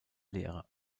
lehrer